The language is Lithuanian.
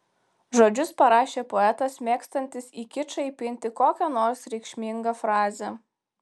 žodžius parašė poetas mėgstantis į kičą įpinti kokią nors reikšmingą frazę